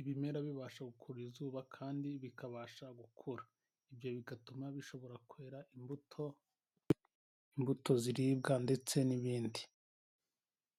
ibimera bibasha gukura izuba kandi bikabasha gukura, ibyo bigatuma bishobora kwera imbuto, imbuto ziribwa ndetse n'ibindi.